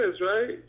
right